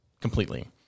completely